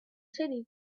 city